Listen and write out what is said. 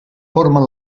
formen